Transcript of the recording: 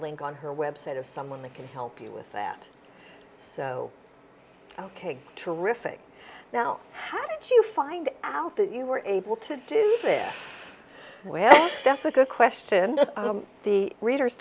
link on her website of someone that can help you with that so ok terrific now how did you find out that you were able to do it well that's a good question the reader's